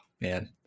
man